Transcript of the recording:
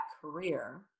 career